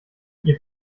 ihr